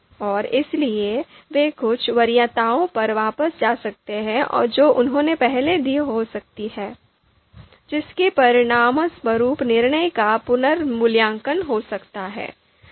और इसलिए वे कुछ वरीयताओं पर वापस जा सकते हैं जो उन्होंने पहले दी हो सकती हैं जिसके परिणामस्वरूप निर्णय का पुनर्मूल्यांकन हो सकता है